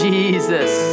Jesus